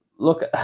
Look